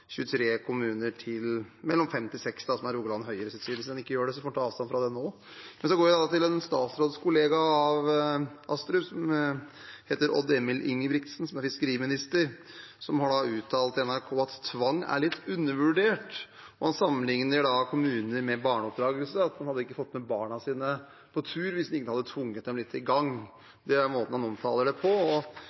23 kommuner til mellom tre og seks, som er Rogaland Høyres syn. Hvis han ikke gjør det, får han ta avstand fra det nå. Så går jeg til en statsrådkollega av Astrup som heter Odd Emil Ingebrigtsen, som er fiskeriminister, og som har uttalt til NRK at tvang er litt undervurdert. Han sammenligner kommuner med barneoppdragelse og sier at man ikke hadde fått med barna sine på tur hvis man ikke hadde tvunget dem litt i gang. Det er måten han omtaler det på. Høyres kommunalpolitiske talsmann, Ove Trellevik, smiler godt og